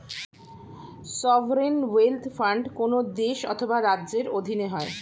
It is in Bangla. সভরেন ওয়েলথ ফান্ড কোন দেশ অথবা রাজ্যের অধীনে হয়